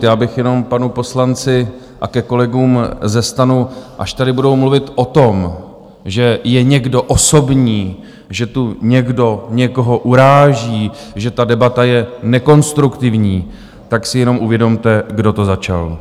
Já bych jenom panu poslanci a ke kolegům ze STANu, až tady budou mluvit o tom, že je někdo osobní, že tu někdo někoho uráží, že ta debata je nekonstruktivní, tak si jenom uvědomte, kdo to začal.